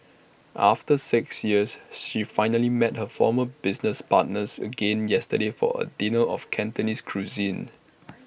after six years she finally met her former business partners again yesterday for A dinner of Cantonese cuisine